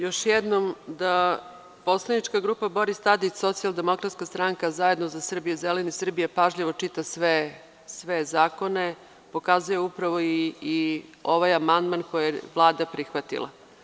Još jednom da poslanička grupa Boris Tadić-Socijaldemokratska stranka-Zajedno za Srbiju-Zeleni Srbije pažljivo čita sve zakone pokazuje upravo i ovaj amandman koji je Vlada prihvatila.